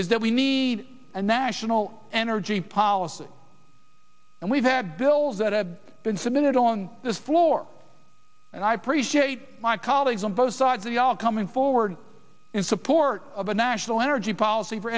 is that we need a national energy policy and we've had bills that have been submitted on this floor and i appreciate my colleagues on both sides of the all coming forward in support of a national energy policy for